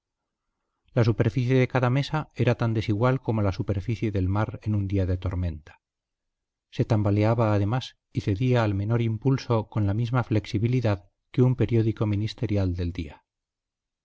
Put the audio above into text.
la superficie de cada mesa era tan desigual como la superficie del mar en un día de tormenta se tambaleaba además y cedía al menor impulso con la misma flexibilidad que un periódico ministerial del día